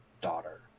daughter